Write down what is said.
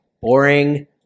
boring